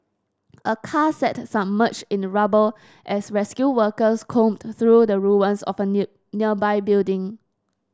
a car sat submerged in rubble as rescue workers combed through the ruins of a nearby building